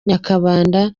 nyakabanda